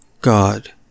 god